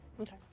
Okay